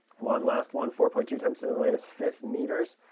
one last one, four point two times ten to the minus fifth meters.